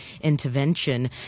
intervention